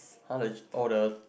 !huh! legi~ or the